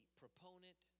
proponent